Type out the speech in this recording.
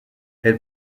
elle